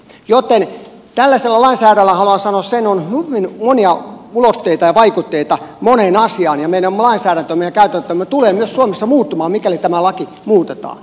joten tällaisella lainsäädännöllä haluan sanoa sen on hyvin monia ulottuvuuksia ja vaikutteita moneen asiaan ja meidän lainsäädäntömme ja käytäntömme tulevat myös suomessa muuttumaan mikäli tämä laki muutetaan